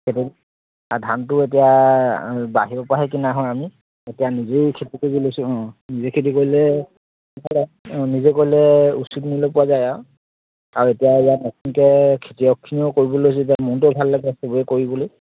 সেইটো আৰু ধানটো এতিয়া বাহিৰৰপৰাহে কিনা হয় আমি এতিয়া নিজেই খেতি কৰিবলৈ লৈছোঁ অঁ নিজে খেতি কৰিলে ভাল আৰু অঁ নিজে কৰিলে উচিত মূল্য পোৱা যায় আৰু আৰু এতিয়া ইয়াত নতুনকৈ খেতিয়কখিনিয়েও কৰিবলৈ লৈছে এতিয়া মনটোও ভাল লাগে চবেই কৰিবলৈ